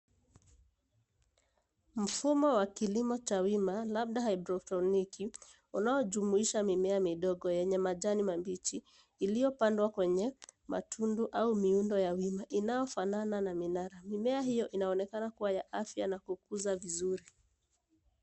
Mfumo wa kilimo cha wima, labda hydroponiki, unaojumuisha mimea midogo yenye majani mabichi iliyopandwa kwenye matundu au miundo ya wima inayofanana na minara. Mimea hiyo inaonekana kuwa ya afya na kukuza vizuri.